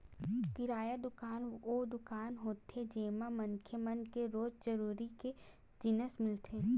किराना दुकान वो दुकान होथे जेमा मनखे मन के रोजे जरूरत के जिनिस मिलथे